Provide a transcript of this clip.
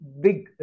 big